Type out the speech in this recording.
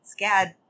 SCAD